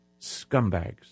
scumbags